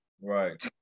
Right